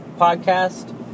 podcast